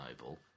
noble